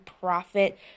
profit